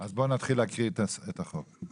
בואו נתחיל להקריא את סעיפי החוק.